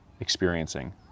experiencing